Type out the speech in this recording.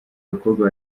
bakobwa